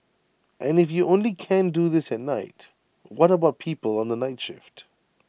and if you only can do this at night what about people on the night shift